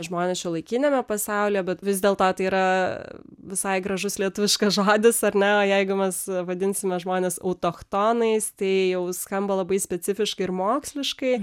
žmones šiuolaikiniame pasaulyje bet vis dėlto tai yra visai gražus lietuviškas žodis ar ne jeigu mes vadinsime žmones autochtonais tai jau skamba labai specifiškai ir moksliškai